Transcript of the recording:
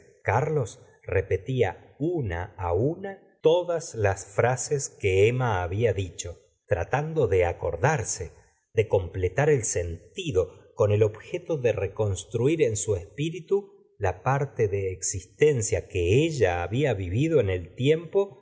carlos repetía una una todas las frases que emma había dicho tratando de acordarse de completar el sentido con el objeto de reconstruir en su espíritu la parte de existencia que ella había vivido en el tiempo